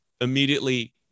immediately